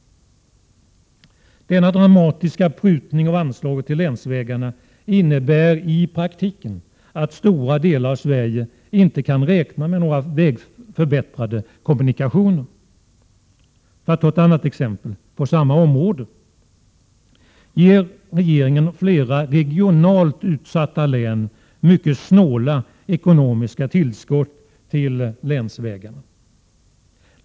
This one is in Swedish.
Denna dramatiska prutning av anslaget till länsvägarna innebär i praktiken att stora delar av Sverige inte kan räkna med några förbättrade kommunikationer. För att ta ett annat exempel på samma område vill jag säga att regeringen ger flera regionalt utsatta län mycket snåla ekonomiska tillskott till länsvägarna.